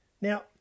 Now